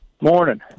Morning